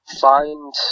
Find